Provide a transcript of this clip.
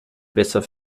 besser